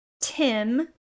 tim